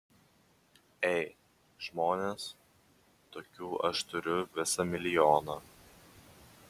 ei žmonės tokių aš turiu visą milijoną